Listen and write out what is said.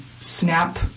SNAP